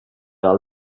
del